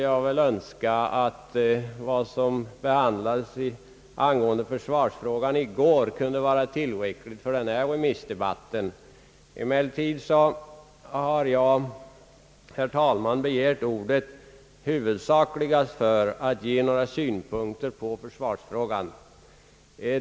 jag väl att vad som sades angående försvarsfrågan i går kunde vara tillräckligt för den här remissdebatten. Emellertid har jag begärt ordet huvudsakligen för att ge några synpunkter på försvarsfrågan.